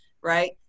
right